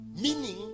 meaning